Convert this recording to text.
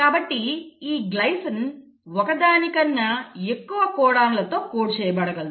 కాబట్టి ఈ గ్లైసిన్ ఒకదానికన్నా ఎక్కువ కోడాన్లతో కోడ్ చేయబడగలదు